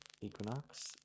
equinox